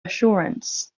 assurance